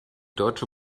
deutsche